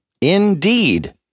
indeed